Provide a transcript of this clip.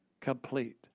complete